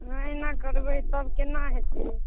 नहि एना करबै तब केना हेतै